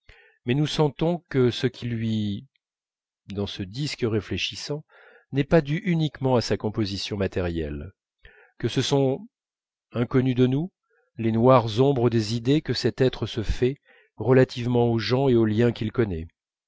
mais nous sentons que ce qui luit dans ce disque réfléchissant n'est pas dû uniquement à sa composition matérielle que ce sont inconnues de nous les noires ombres des idées que cet être se fait relativement aux gens et aux lieux qu'il connaît